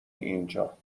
اینجا